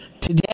Today